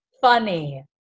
funny